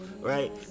right